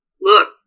look